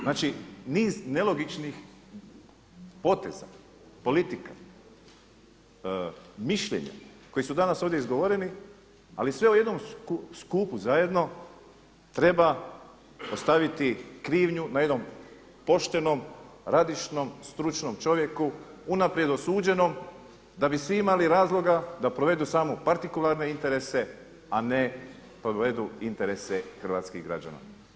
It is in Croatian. Znači niz nelogičnih poteza, politika, mišljenja koji su danas ovdje izgovoreni ali sve o jednom skupu zajedno treba postaviti krivnju na jednom poštenom, radišnom, stručnom čovjeku unaprijed osuđenom da bi svi imali razloga da provedu samo partikularne interese a ne provedu interese hrvatskih građana.